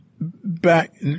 Back